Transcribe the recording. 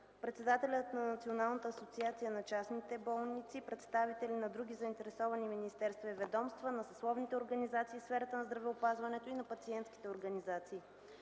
председателят на Националната асоциация на частните болници, представители на други заинтересовани министерства и ведомства, на съсловните организации в сферата на здравеопазването и на пациентските организации.